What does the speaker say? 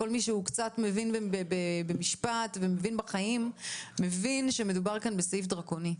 כל מי שקצת מבין במשפט ומבין בחיים מבין שמדובר כאן בסעיף דרקוני.